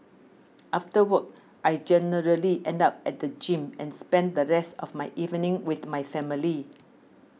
after work I generally end up at the gym and spend the rest of my evening with my family